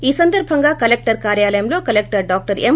ఈ సందర్బంగా కలెక్టర్ కార్యాలయంలో కలెక్టర్ డాక్టర్ ఎం